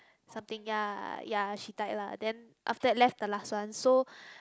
something ya ya she died lah then after that left the last one so